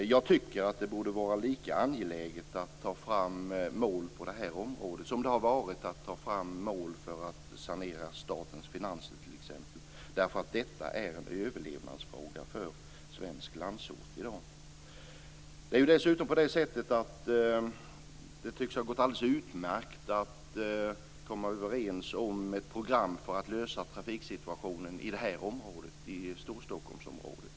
Jag tycker att det borde vara lika angeläget att ta fram mål på det här området som det har varit att ta fram mål för att t.ex. sanera statens finanser. Detta är en överlevnadsfråga för svensk landsort i dag. Dessutom är det på det sättet att det tycks ha gått alldeles utmärkt att komma överens om ett program för att lösa trafiksituationen i det här området, Storstockholmsområdet.